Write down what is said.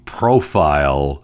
profile